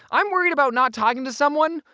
i'm worried about not talking to someone,